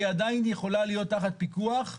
היא עדיין יכולה להיות תחת פיקוח,